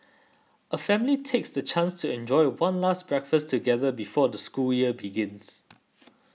a family takes the chance to enjoy one last breakfast together before the school year begins